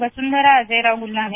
Vasundhara Ajayrao Gulhane